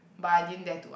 but I didn't dare to ah